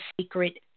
secret